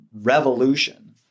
revolution